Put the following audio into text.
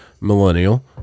millennial